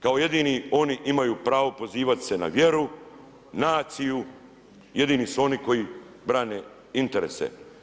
Kao jedini oni imaju pravo pozivati se na vjeru, naciju, jedini su oni koji brane interese.